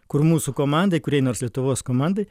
kur mūsų komandai kuriai nors lietuvos komandai